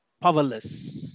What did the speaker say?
powerless